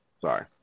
Sorry